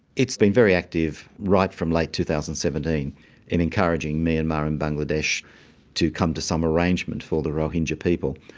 it's been very active right from late two thousand and seventeen in encouraging myanmar and bangladesh to come to some arrangement for the rohingya people.